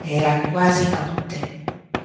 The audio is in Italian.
era quasi notte